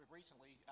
recently